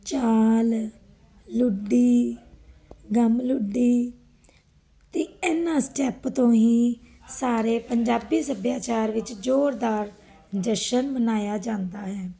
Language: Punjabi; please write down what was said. ਚਾਲ ਲੁੱਡੀ ਦਮ ਲੁੱਡੀ ਅਤੇ ਇਨ੍ਹਾਂ ਸਟੈਪ ਤੋਂ ਹੀ ਸਾਰੇ ਪੰਜਾਬੀ ਸੱਭਿਆਚਾਰ ਵਿੱਚ ਜ਼ੋਰਦਾਰ ਜਸ਼ਨ ਮਨਾਇਆ ਜਾਂਦਾ ਹੈ